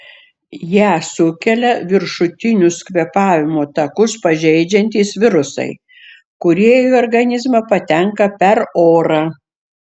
ją sukelia viršutinius kvėpavimo takus pažeidžiantys virusai kurie į organizmą patenka per orą